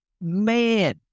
man